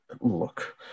Look